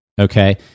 Okay